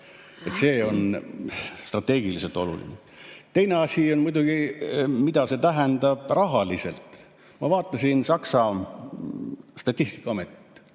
see on strateegiliselt oluline. Teine asi on muidugi, mida see tähendab rahaliselt. Ma vaatasin Saksa statistikaametit.